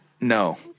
No